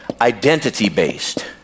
identity-based